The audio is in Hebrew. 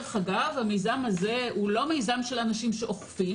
המיזם הזה הוא לא מיזם של אנשים שאוכפים